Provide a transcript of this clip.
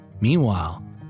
Meanwhile